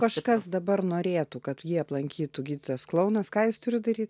kažkas dabar norėtų kad jį aplankytų gydytojas klounas ką jis turi daryt